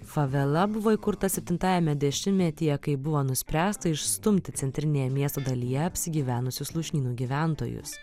favela buvo įkurta septintajame dešimtmetyje kai buvo nuspręsta išstumti centrinėje miesto dalyje apsigyvenusius lūšnynų gyventojus